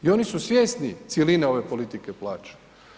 I oni su svjesni cjeline ove politike plaća.